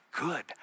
good